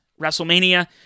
wrestlemania